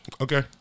Okay